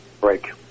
break